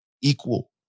Equal